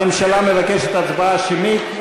הממשלה מבקשת הצבעה שמית.